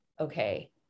okay